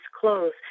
clothes